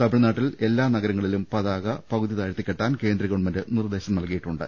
തമിഴ്നാട്ടിൽ എല്ലാ നഗരങ്ങളിലും പതാക പകുതി താഴ്ത്തികെട്ടാൻ കേന്ദ്രഗവൺമെന്റ് നിർദ്ദേശം നൽകിയിട്ടുണ്ട്